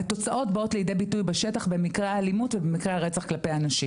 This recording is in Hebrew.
והתוצאות באות לידי ביטוי בשטח במקרי האלימות ובמקרי הרצח נגד נשים.